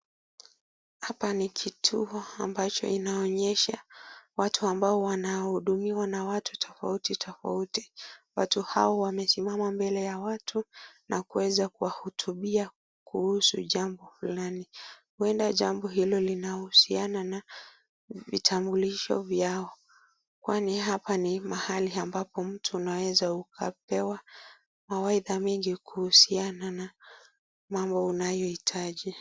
Hapa ni kituo ambacho inaonyesha watu ambao wanahudumiwa na watu tofauti tofauti. Watu hao wamesimama mbele ya watu na kuweza kuwa hutubia kuhusu jambo fulani. Huenda jambo hilo linahusiana na vitambulisho vyao. Kwani hapa ni mahali ambapo mtu unaweza ukapewa mawaidha mengi kuhusiana na mambo unayo hitaji.